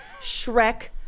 Shrek